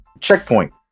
checkpoint